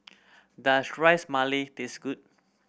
does Ras Malai taste good